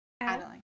Adeline